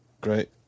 great